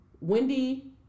Wendy